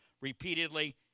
repeatedly